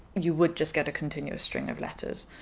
you would just get a continuous string of letters.